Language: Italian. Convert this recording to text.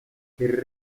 che